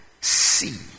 See